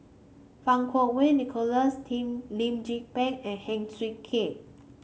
Fang Kuo Wei Nicholas team Lim Tze Peng and Heng Swee Keat